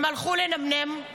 הם הלכו לנמנם, אוקיי?